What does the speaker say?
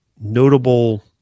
notable